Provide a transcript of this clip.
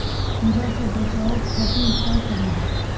कीरा से बचाओ खातिर का करी?